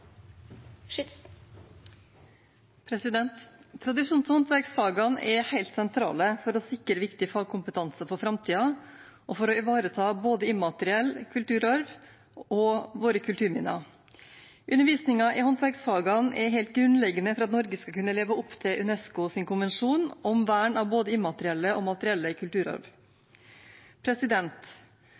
helt sentrale for å sikre viktig fagkompetanse for framtiden og for å ivareta både immateriell kulturarv og våre kulturminner. Undervisningen i håndverksfagene er helt grunnleggende for at Norge skal kunne leve opp til UNESCOs konvensjon om vern av både immateriell og materiell kulturarv. Sist juni ble kulturmiljømeldingen vedtatt i